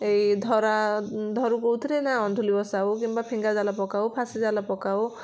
ଏଇ ଧରା ଧରୁ କେଉଁଥିରେ ନା ଅନ୍ଧୁଲି ବସା ହଉ କିମ୍ବା ଫିଙ୍ଗା ଜାଲ ପକାଉ ଫାସ ଜାଲ ପକାଉ